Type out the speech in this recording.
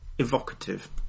Evocative